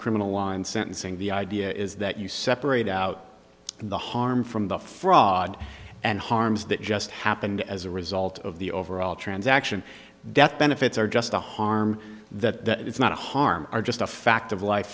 criminal law and sentencing the idea is that you separate out the harm from the fraud and harms that just happened as a result of the overall transaction death benefits or just the harm that it's not a harm or just a fact of life